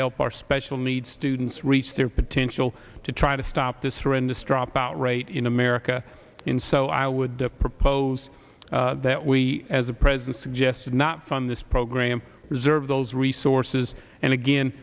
help our special needs students reach their potential to try to stop this horrendous dropout rate in america in so i would propose that we as a president suggested not from this program preserve those resources and again